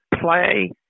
play